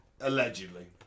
Allegedly